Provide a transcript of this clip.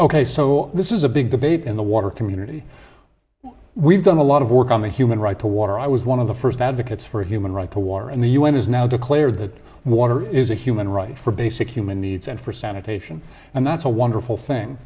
ok so this is a big debate in the water community we've done a lot of work on the human right to water i was one of the first advocates for human rights a war and the un has now declared that water is a human right for basic human needs and for sanitation and that's a wonderful thing